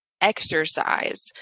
exercise